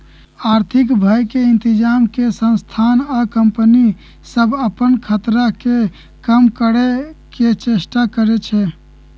आर्थिक भय के इतजाम से संस्था आ कंपनि सभ अप्पन खतरा के कम करए के चेष्टा करै छै